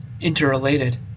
interrelated